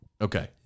Okay